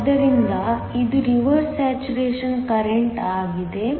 ಆದ್ದರಿಂದ ಇದು reverse saturation current ಆಗಿದೆ